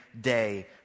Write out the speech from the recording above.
day